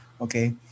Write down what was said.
Okay